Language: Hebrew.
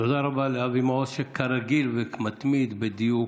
תודה רבה לאבי מעוז, שכרגיל מתמיד בדיוק,